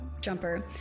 jumper